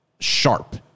sharp